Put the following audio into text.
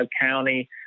county